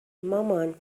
مامان